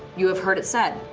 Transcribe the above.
you have heard it said,